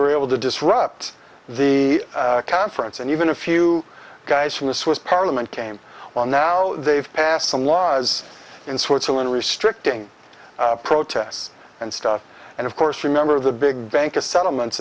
were able to disrupt the conference and even a few guys from the swiss parliament came on now they've passed some laws in switzerland restricting protests and stuff and of course remember the big bank a settlements